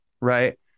Right